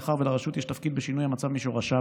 מאחר שלרשות יש תפקיד בשינוי המצב משורשיו,